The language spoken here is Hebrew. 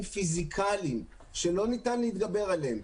פיזיקליים שלא ניתן להתגבר עליהם.